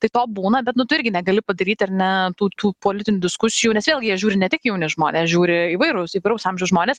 tai to būna bet nu tu irgi negali padaryti ar ne tų tų politinių diskusijų nes vėlgi jas žiūri ne tik jauni žmonės žiūri įvairūs įvairaus amžiaus žmonės